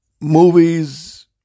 movies